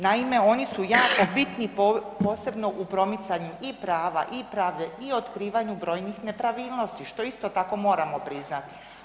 Naime, oni su jako bitni posebno u promicanju i prava i pravde i otkrivanju brojnih nepravilnosti, što isto tako moramo priznati.